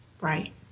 right